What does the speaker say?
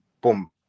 boom